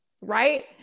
right